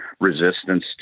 resistance